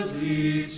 the